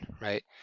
right